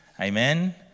Amen